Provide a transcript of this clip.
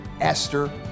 Esther